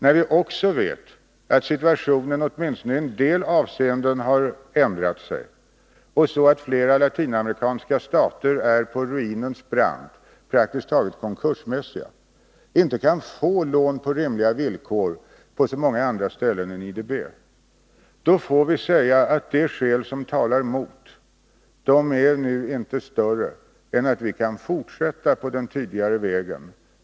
Vi vet också att situationen åtminstone i en del avseenden har ändrats så att flera latinamerikanska stater är på ruinens brant — praktiskt taget konkursmässiga — och inte kan få lån på rimliga villkor på så många andra ställen än i IDB. Då är de skäl som talar mot nuinte större än att vi kan fortsätta på den tidigare vägen.